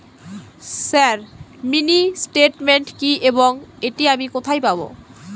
Sir mini statement কি এবং এটি আমি কোথায় পাবো?